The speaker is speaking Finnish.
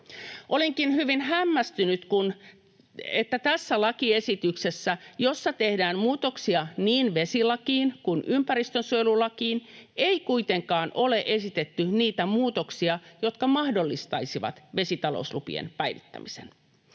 Olinkin hyvin hämmästynyt, että tässä lakiesityksessä, jossa tehdään muutoksia niin vesilakiin kuin ympäristönsuojelulakiin, ei kuitenkaan ole esitetty niitä muutoksia, jotka mahdollistaisivat vesitalouslupien päivittämisen.